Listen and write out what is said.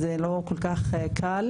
וזה לא כל כך קל.